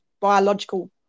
biological